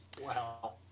Wow